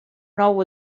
nou